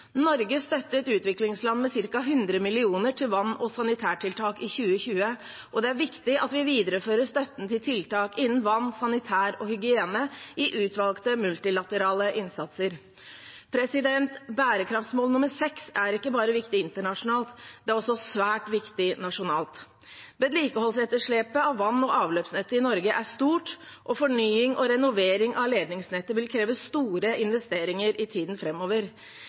Norge støttet utviklingsland med ca. 100 mill. kr til vann- og sanitærtiltak i 2020, og det er viktig at vi viderefører støtten til tiltak innen vann, sanitær og hygiene i utvalgte multilaterale innsatser. Bærekraftsmål nr. 6 er ikke bare viktig internasjonalt. Det er også svært viktig nasjonalt. Vedlikeholdsetterslepet i vann- og avløpsnettet i Norge er stort, og fornying og renovering av ledningsnettet vil kreve store investeringer i tiden